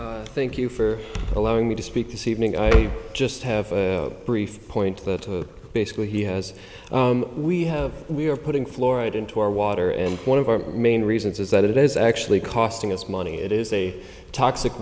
mcnamara thank you for allowing me to speak this evening i just have a brief point that basically he has we have we are putting florida into our water and one of our main reasons is that it is actually costing us money it is a toxic